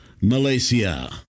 Malaysia